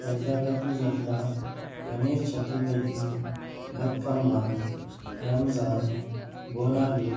میداگت جترا گنیش چترتھی بتکما رمضان بونالو